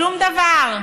שום דבר.